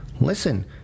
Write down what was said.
Listen